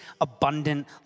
abundant